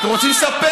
אתם רוצים לספח?